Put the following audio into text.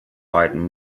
beiden